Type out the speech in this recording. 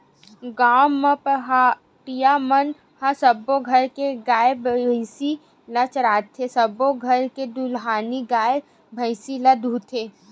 गाँव म पहाटिया मन ह सब्बो घर के गाय, भइसी ल चराथे, सबो घर के दुहानी गाय, भइसी ल दूहथे